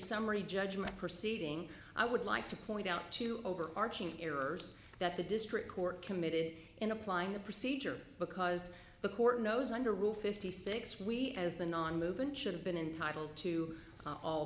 summary judgment proceeding i would like to point out to over arching error that the district court committed in applying the procedure because the court knows under rule fifty six we as the non movement should have been entitle to all